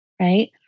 right